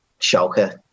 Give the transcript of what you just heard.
Schalke